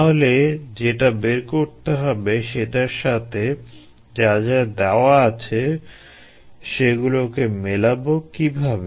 তাহলে যেটা বের করতে হবে সেটার সাথে যা যা দেওয়া আছে - সেগুলোকে মেলাবো কীভাবে